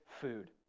food